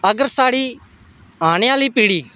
अगर साढ़ी औने आह्ली पिढ़ी